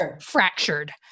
fractured